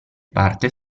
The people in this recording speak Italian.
parte